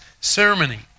ceremony